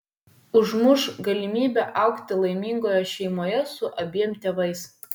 užmuš galimybę augti laimingoje šeimoje su abiem tėvais